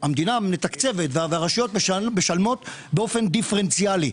המדינה מתקצבת והרשויות משלמות באופן דיפרנציאלי.